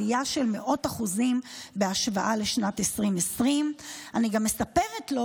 עלייה של מאות אחוזים בהשוואה לשנת 2020. אני גם מספרת לו,